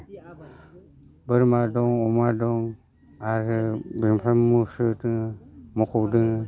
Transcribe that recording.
बोरमा दं अमा दं आरो मखौ दोङो